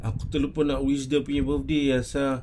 aku terlupa nak wish dia punya birthday ah seh